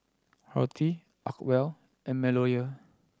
Horti Acwell and MeadowLea